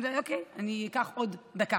אוקיי, אני אקח עוד דקה.